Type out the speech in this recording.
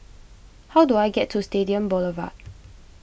how do I get to Stadium Boulevard